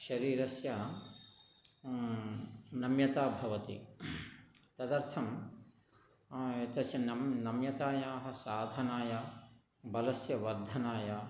शरीरस्य नम्यता भवति तदर्थं तस्य नम्य् नम्यतायाः साधनाय बलस्य वर्धनाय